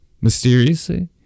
mysteriously